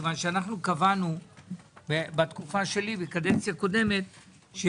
כי קבענו בתקופה שלי בקדנציה קודמת,